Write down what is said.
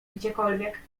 gdziekolwiek